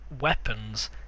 weapons